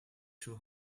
too